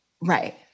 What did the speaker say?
Right